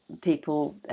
people